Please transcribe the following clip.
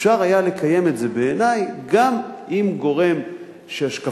אפשר היה לקיים את זה גם עם גורם שהשקפתו